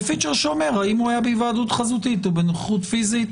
ופיצ'ר שאומר האם היה בהיוועדות חזותית או בנוכחות פיזית.